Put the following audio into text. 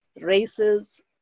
races